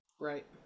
Right